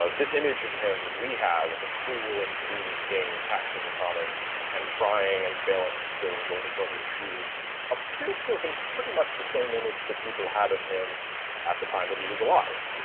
ah this image of him that we have as a cruel and greedy king taxing the commons and trying and failing to fill his older brother's shoes appears to have been pretty much the same image that people had of him at the time that he was alive,